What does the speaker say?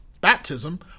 Baptism